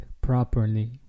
properly